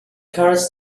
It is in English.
cards